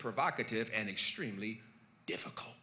provocative and extremely difficult